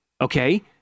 okay